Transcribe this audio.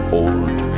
old